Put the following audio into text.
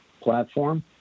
platform